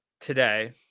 today